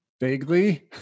Vaguely